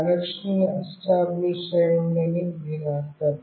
connection establish అయిందని దీని అర్థం